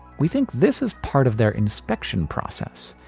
we think this is part of their inspection process,